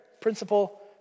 principle